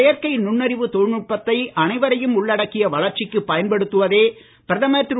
செயற்கை நுண்ணறிவு தொழில்நுட்பத்தை அனைவரையும் உள்ளடக்கிய வளர்ச்சிக்குப் பயன்படுத்துவதே பிரதமர் திரு